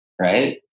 right